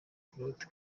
claude